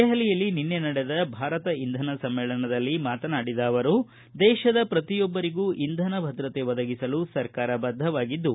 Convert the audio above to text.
ದೆಹಲಿಯಲ್ಲಿ ನಿನ್ನೆ ನಡೆದ ಭಾರತ ಇಂಧನ ಸಮ್ಮೇಳನದಲ್ಲಿ ಮಾತನಾಡಿದ ಅವರು ದೇಶದ ಪ್ರತಿಯೊಬ್ಬರಿಗೂ ಇಂಧನ ಭದ್ರತೆ ಒದಗಿಸಲು ಸರ್ಕಾರ ಬದ್ದವಾಗಿದ್ದು